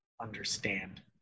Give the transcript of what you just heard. understand